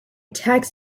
tax